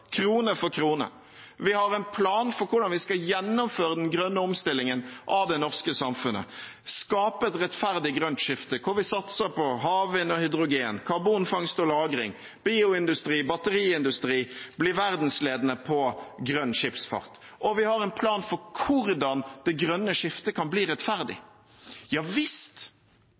krone for krone. Vi har en plan for hvordan vi skal gjennomføre den grønne omstillingen av det norske samfunnet, skape et rettferdig grønt skifte hvor vi satser på havvind og hydrogen, karbonfangst og -lagring, bioindustri, batteriindustri og på å bli verdensledende på grønn skipsfart, og vi har en plan for hvordan det grønne skiftet kan bli rettferdig. Ja